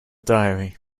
diary